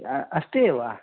अस्तु एव